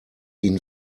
ihn